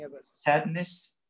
sadness